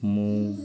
ମୁଁ